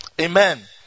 Amen